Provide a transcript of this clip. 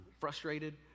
frustrated